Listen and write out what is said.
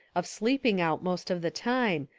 of sleeping out most of the time,